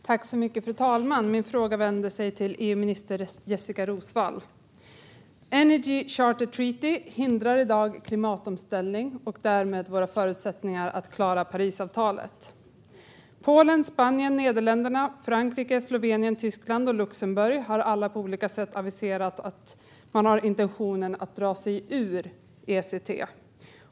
Fru talman! Jag vänder mig med min fråga till EU-minister Jessika Roswall. Energy Charter Treaty hindrar i dag klimatomställning och därmed våra förutsättningar att klara Parisavtalet. Polen, Spanien, Nederländerna, Frankrike, Slovenien, Tyskland och Luxemburg har alla på olika sätt aviserat att man har intentionen att dra sig ur ECT.